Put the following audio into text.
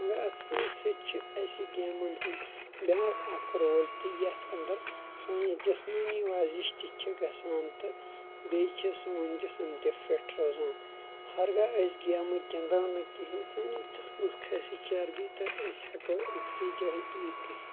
مگر اتھ سۭتۍ سۭتۍ چھِ اسہِ گیمن ہُنٛد بیٛاکھ اکھ رول تہِ یتھ انٛدرسٲنۍ یہِ جسمٲنی ورزِش تہِ چھِ گژھان تہٕ بیٚیہِ چھ سون جسٕم تہِ فِٹ روزان ہرگاہ أسۍ گیمہٕ گِنٛدو نہٕ کہیٖنۍ سٲنِس جسمس کھسہِ چربی تہٕ أسۍ ہٮ۪کو أکسی جایہِ بِہِتھ گٔژھِتھ